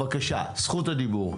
בבקשה, זכות הדיבור.